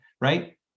right